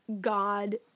God